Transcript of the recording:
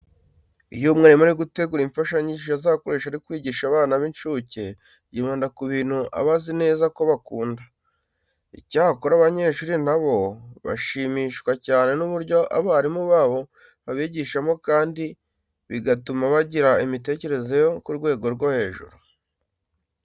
Iyo umwarimu ari gutegura imfashanyigisho azakoresha ari kwigisha abana b'incuke yibanda ku bintu aba azi neza ko bakunda. Icyakora abanyeshuri na bo bashimishwa cyane n'uburyo abarimu babo babigishamo kandi bigatuma bagira imitekerereze yo ku rwego rwo hejuru.